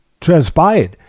transpired